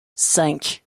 cinq